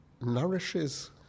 nourishes